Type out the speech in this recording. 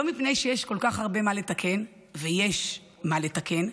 לא מפני שיש כל כך הרבה מה לתקן, ויש מה לתקן,